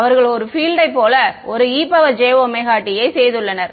அவர்கள் ஒரு பீல்டுயை போல ஒரு ejt யை செய்துள்ளனர்